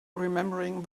remembering